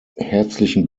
herzlichen